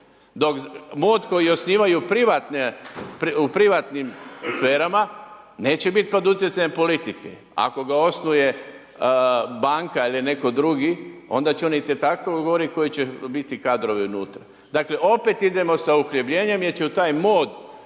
mod, dok koji osnivaju u privatnim sferama, neće biti pod utjecajem politike. Ako ga osnuje banka ili netko drugi, onda će oni itekako…/Govornik se ne razumije/…koji će biti kadrovi unutra. Dakle, opet idemo sa uhljebljenjem jer će u taj mod